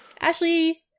Ashley